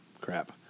Crap